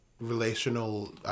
relational